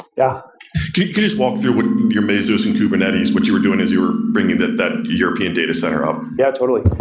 yeah you you just walk through with your mesos and kubernetes, what you were doing as you were bringing that that european data center up? yeah, totally.